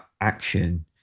action